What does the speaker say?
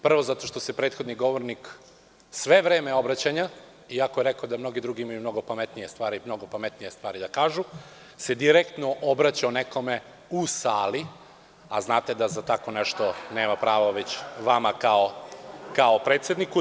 Prvo zato što se prethodni govornik sve vreme obraćanja, iako je rekao da mnogi drugi imaju mnogo pametnije stvari da kažu, direktno obraćao nekome u sali, a znate da za tako nešto nema pravo, već vama kao predsedavajućem.